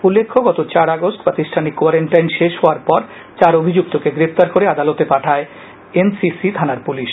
উল্লেখ্য গত চার আগস্ট প্রাতিষ্ঠানিক কোয়ারেন্টাইন শেষ হওয়ার পর চার অভিযুক্তকে গ্রেপ্তার করে আদালতে পাঠায় এনসিসি থানার পুলিশ